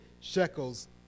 shekels